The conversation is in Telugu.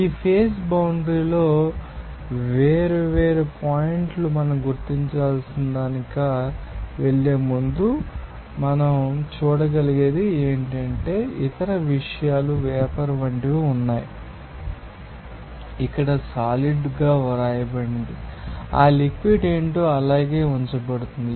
ఈ ఫేజ్ బౌండ్రి లో వేర్వేరు పాయింట్లు మనం గుర్తించవలసినదానికి వెళ్ళే ముందు మనం చూడగలిగేది ఏమిటంటే ఇతర విషయాలు వేపర్ వంటివి ఉన్నాయి ఇక్కడ సాలిడ్ గా వ్రాయబడింది ఆ లిక్విడ్ ఏమిటో అలాగే ఉంచబడుతుంది